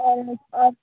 और और